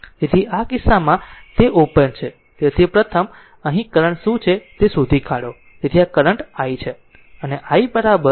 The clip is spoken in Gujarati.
તેથી તે કિસ્સામાં તે ઓપન છે તેથી પ્રથમ અહીં કરંટ શું છે તે શોધી કાઢો તેથી આ કરંટ i છે